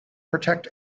protect